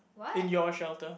in your shelter